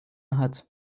hat